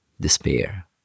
despair